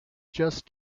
just